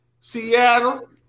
Seattle